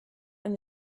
and